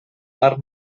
mar